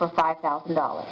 for five thousand dollars